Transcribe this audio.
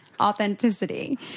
authenticity